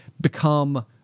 become